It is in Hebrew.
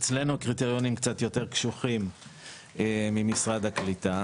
אצלנו הקריטריונים קצת יותר קשוחים ממשרד הקליטה,